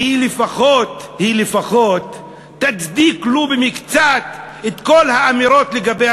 והיא לפחות תצדיק ולו במקצת את כל האמירות לגבי